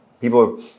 People